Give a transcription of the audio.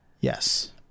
Yes